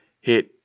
hit